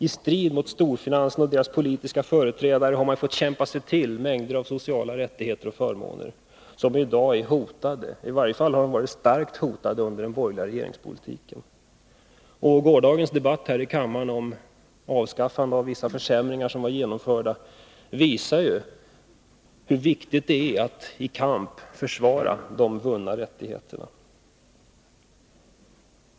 I strid mot storfinansen och deras politiska företrädare har man fått kämpa sig till mängder av sociala rättigheter och förmåner som i dag är hotade. I varje fall har de varit starkt hotade under de borgerligas regeringstid. Gårdagens debatt här i kammaren om avskaffande av vissa försämringar som gjorts visar ju hur viktigt det är att i kamp försvara de vunna rättigheterna.